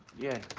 yeah,